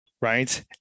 right